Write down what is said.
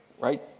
Right